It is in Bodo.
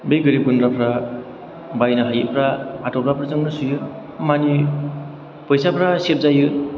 बे गोरिब गुन्द्राफ्रा बायनो हायैफ्रा हाथफ्लाफोरजोंबो सुयो मानि फैसाफ्रा सेब जायो